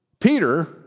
Peter